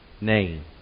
name